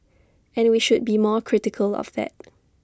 and we should be more critical of that